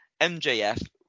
MJF